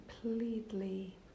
completely